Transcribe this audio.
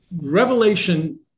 Revelation